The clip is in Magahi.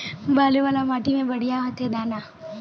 बालू वाला माटी में बढ़िया होते दाना?